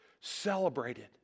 celebrated